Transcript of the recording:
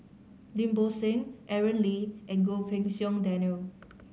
Lim Bo Seng Aaron Lee and Goh Pei Siong Daniel